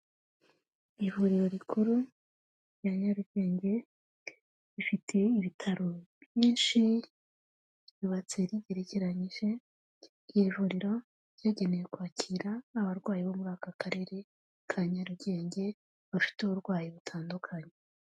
Ivuriro rikuru rya Nyarugenge, rifite ibitaro byinshi ryubatse rigerekeranyije, iri vuriro ryagenewe kwakira abarwayi bo muri aka Karere ka Nyarugenge bafite uburwayi butandukanye.